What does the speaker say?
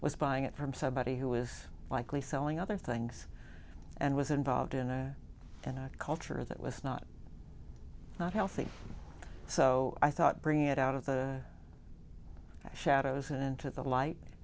was buying it from somebody who is likely selling other things and was involved in their culture that was not not healthy so i thought bringing it out of the shadows into the light